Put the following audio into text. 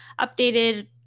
updated